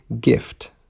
gift